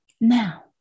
now